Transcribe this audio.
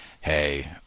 hey